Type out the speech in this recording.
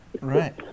right